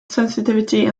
sensitivity